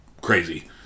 crazy